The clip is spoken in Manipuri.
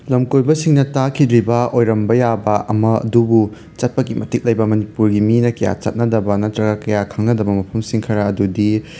ꯂꯝꯀꯣꯏꯕꯁꯤꯡꯅ ꯇꯥꯈꯤꯗ꯭ꯔꯤꯕ ꯑꯣꯏꯔꯝꯕ ꯌꯥꯕ ꯑꯃ ꯑꯗꯨꯕꯨ ꯆꯠꯄꯒꯤ ꯃꯇꯤꯛ ꯂꯩꯕ ꯃꯅꯤꯄꯨꯔꯒꯤ ꯃꯤꯅ ꯀꯌꯥ ꯆꯠꯅꯗꯕ ꯅꯠꯇ꯭ꯔꯒ ꯀꯌꯥ ꯈꯪꯅꯗꯕ ꯃꯐꯝꯁꯤꯡ ꯈꯔ ꯑꯗꯨꯗꯤ